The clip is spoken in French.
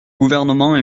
gouvernement